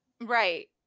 Right